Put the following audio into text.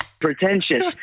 pretentious